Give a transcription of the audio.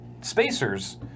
spacers